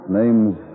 name's